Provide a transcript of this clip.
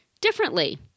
differently